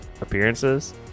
appearances